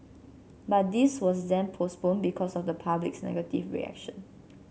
but this was then postponed because of the public's negative reaction